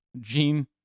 gene